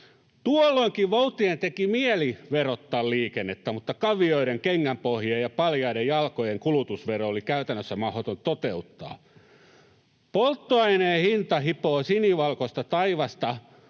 Tuolloinkin voutien teki mieli verottaa liikennettä, mutta kavioiden, kengänpohjien ja paljaiden jalkojen kulutusvero oli käytännössä mahdoton toteuttaa. Polttoaineen hinta hipoo sinivalkoista taivasta